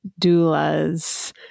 doulas